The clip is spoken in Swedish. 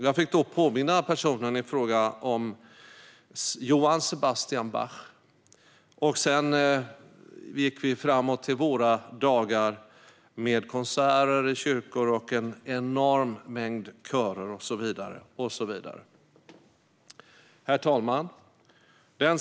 Jag fick då påminna personen i fråga om Johann Sebastian Bach. Sedan gick vi framåt till våra dagar med konserter i kyrkor, en enorm mängd körer och så vidare. Herr talman!